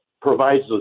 provides